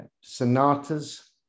Sonatas